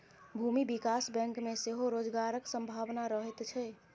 भूमि विकास बैंक मे सेहो रोजगारक संभावना रहैत छै